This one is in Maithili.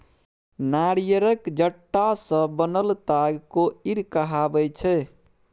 नारियरक जट्टा सँ बनल ताग कोइर कहाबै छै